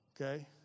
Okay